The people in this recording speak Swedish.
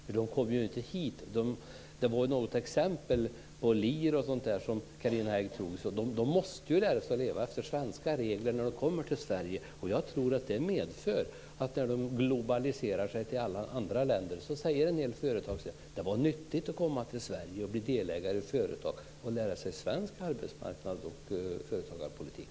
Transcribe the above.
För när de kommer till Sverige - det var något exempel med Lear och sådant som Carina Hägg tog upp - måste de lära sig att leva efter svenska regler. Jag tror att det medför att en del företag när de globaliserar sig och kommer till andra länder säger att det var nyttigt att komma till Sverige, att bli delägare i ett svenskt företag och att lära sig svensk arbetsmarknad och svensk företagarpolitik.